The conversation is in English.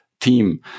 team